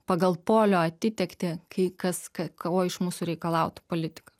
pagal polio atitektį kai kas ką ko iš mūsų reikalautų politika